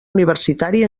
universitari